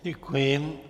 Děkuji.